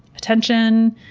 attention.